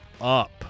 up